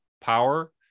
power